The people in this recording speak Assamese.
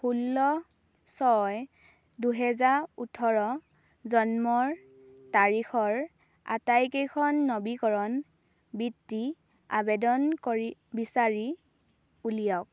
ষোল্ল ছয় দুহেজাৰ ওঠৰ জন্মৰ তাৰিখৰ আটাইকেইখন নবীকৰণ বৃত্তি আবেদন কৰি বিচাৰি উলিয়াওক